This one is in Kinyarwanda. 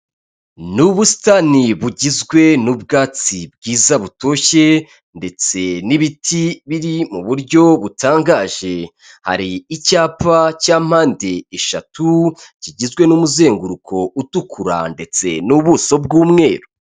Ni ubusitani bugizwe n'ubwatsi bwiza butoshye ndetse n'ibiti biri mu buryo butangaje. Hari icyapa cya mpande eshatu kigizwe n'umuzenguruko utukura ndetse n'ubuso bw'umweru.